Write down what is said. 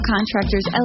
Contractors